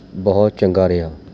ਬਹੁਤ ਚੰਗਾ ਰਿਹਾ